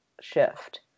shift